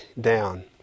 down